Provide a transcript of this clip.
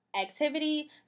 activity